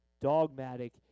dogmatic